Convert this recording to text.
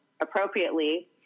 appropriately